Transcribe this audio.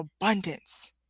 abundance